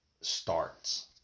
starts